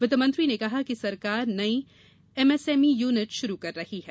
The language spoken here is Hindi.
वित्त मंत्री ने कहा कि सरकार नई M S M E unit शुरू कर रही है